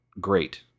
great